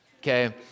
okay